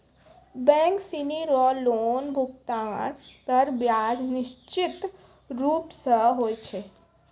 bank सिनी रो loan भुगतान पर ब्याज निश्चित रूप स होय छै